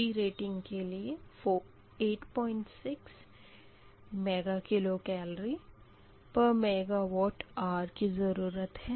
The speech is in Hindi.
40 रेटिंग के लिए 86 मेगा केलोरी पर मेगावाट आर की ज़रूरत है